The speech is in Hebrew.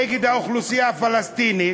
נגד האוכלוסייה הפלסטינית?